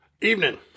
Evening